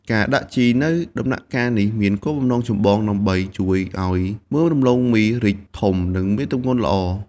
ការដាក់ជីនៅដំណាក់កាលនេះមានគោលបំណងចម្បងដើម្បីជួយឱ្យមើមដំឡូងមីរីកធំ និងមានទម្ងន់ល្អ។